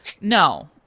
No